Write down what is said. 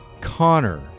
Connor